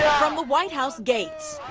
from the white house gates